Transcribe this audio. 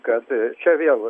kad čia vėl